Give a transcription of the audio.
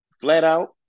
flat-out